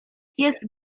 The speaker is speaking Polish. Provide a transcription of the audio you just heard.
jest